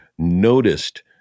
noticed